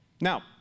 Now